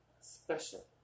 special